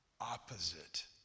opposite